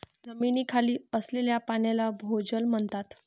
जमिनीखाली असलेल्या पाण्याला भोजल म्हणतात